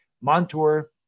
montour